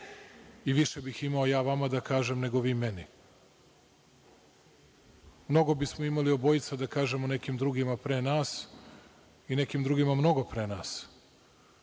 Više bih imao ja vama da kažem nego vi meni. Mnogo bismo imali obojica da kažemo nekim drugima pre nas i nekim drugima mnogo pre nas.